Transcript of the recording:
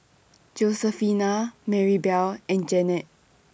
Josefina Maribel and Jeannette